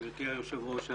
גבירתי היושבת-ראש,